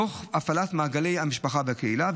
תוך הפעלת מעגלי המשפחה והקהילה.